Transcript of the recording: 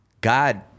God